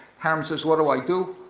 harriman says, what do i do?